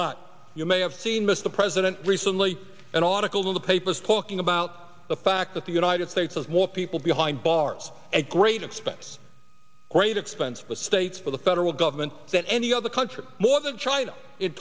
not you may have seen mr president recently and autos in the papers talking about the fact that the united states has more people behind bars at great expense great expense but states for the federal government that any other country more than china it